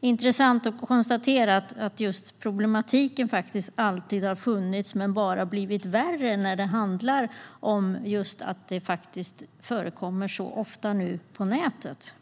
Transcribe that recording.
Det är intressant att konstatera att denna problematik alltid har funnits - men bara har blivit värre, eftersom detta nu förekommer så ofta på nätet.